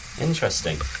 Interesting